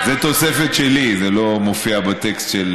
זאת תוספת שלי, זה לא מופיע בטקסט.